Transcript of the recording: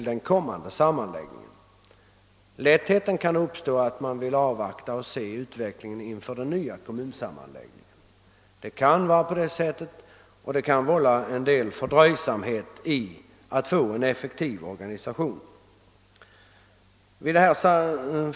Det kan lätt inträffa att man vill avvakta och se utvecklingen inför den nya kommunsammanläggningen. Det kan förhålla sig så, vilket kan leda till att det uppstår dröjsmål i arbetet att få till stånd en effektiv organisation.